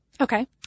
Okay